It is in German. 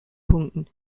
punkten